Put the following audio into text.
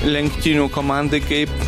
lenktynių komandai kaip